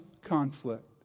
conflict